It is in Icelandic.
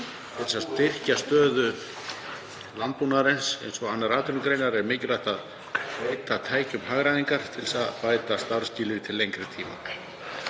sé að styrkja stöðu landbúnaðarins eins og annarra atvinnugreina er mikilvægt að beita tækjum hagræðingar til að bæta starfsskilyrði til lengri tíma.